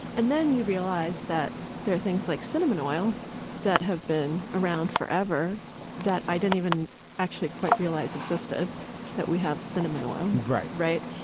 and then you realize that there are things like cinnamon oil that have been around forever that i don't even actually quite realize existed that we have cinnamon oil. right. right.